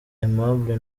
aimable